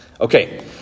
Okay